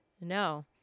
no